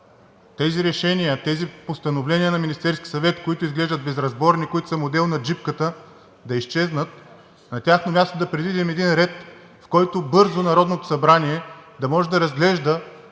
тези решения, тези постановления на Министерския съвет, които изглеждат безразборни, които са модел на джипката, да изчезнат. На тяхно място да предвидим един ред, в който бързо Народното събрание да може да разглежда